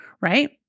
right